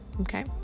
okay